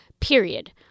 period